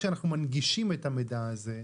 כשאנחנו לכאורה מנגישים את המידע הזה,